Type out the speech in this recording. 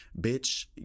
bitch